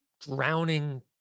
drowning